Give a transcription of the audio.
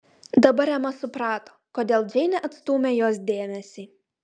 dabar ema suprato kodėl džeinė atstūmė jos dėmesį